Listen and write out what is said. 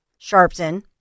Sharpton